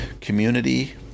community